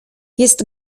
jest